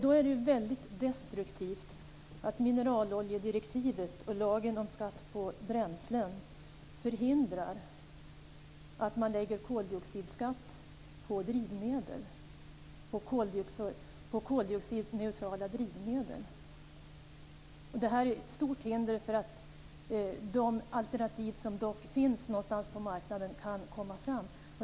Då är det väldigt destruktivt att mineraloljedirektivet och lagen om skatt på bränslen innebär att man lägger koldioxidskatt på koldioxidneutrala drivmedel. Det är ett stort hinder för att de alternativ som ändå finns någonstans på marknaden ska kunna komma fram.